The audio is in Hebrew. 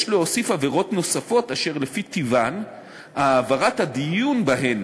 יש להוסיף עבירות נוספות אשר לפי טיבן העברת הדיון בהן